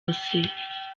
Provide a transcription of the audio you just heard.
wose